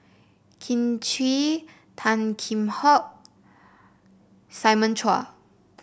Kin Chui Tan Kheam Hock Simon Chua